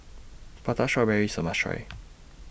Prata Strawberry IS A must Try